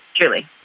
Truly